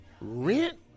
Rent